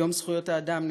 ביום זכויות האדם,